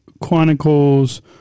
Chronicles